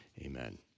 amen